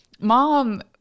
mom